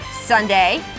Sunday